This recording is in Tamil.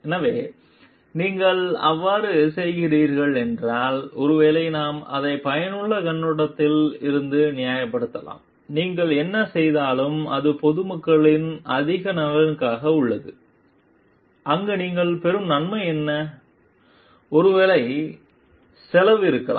எனவே நீங்கள் அவ்வாறு செய்கிறீர்கள் என்றால் ஒருவேளை நாம் அதை பயனுள்ள கண்ணோட்டத்தில் இருந்து நியாயப்படுத்தலாம் நீங்கள் என்ன செய்தாலும் அது பொதுமக்களின் அதிக நலனுக்காக உள்ளது அங்கு நீங்கள் பெறும் நன்மை என்ன ஒருவேளை செலவு இருக்கலாம்